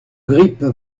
grippe